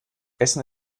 essen